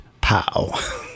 pow